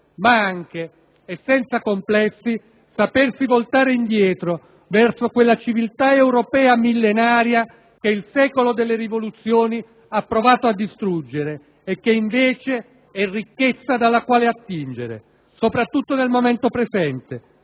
ma anche, e senza complessi, sapersi voltare indietro verso quella civiltà europea millenaria che il secolo delle rivoluzioni ha provato a distruggere e che, invece, è ricchezza dalla quale attingere, soprattutto nel momento presente,